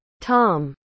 Tom